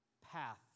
path